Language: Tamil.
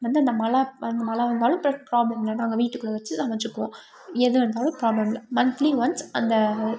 வந்து இந்த மழை இந்த மழை வந்தாலும் ப்ராப்ளம் இல்லை நாங்கள் வீட்டுக்குள்ளே வச்சு நாங்கள் வச்சுக்குவோம் எது வந்தாலும் ப்ராப்ளம் இல்லை மந்த்லி ஒன்ஸ் அந்த